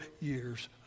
years